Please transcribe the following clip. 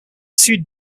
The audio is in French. sud